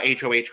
HOH